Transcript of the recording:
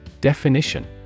Definition